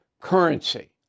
currency